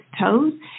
toes